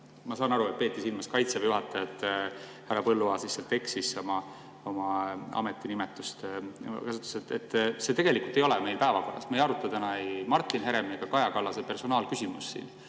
Ma saan aru, et peeti silmas Kaitseväe juhatajat, härra Põlluaas lihtsalt eksis ametinimetusega. See tegelikult ei ole meil päevakorras. Me ei aruta täna ei Martin Heremi ega Kaja Kallase personaalküsimust siin.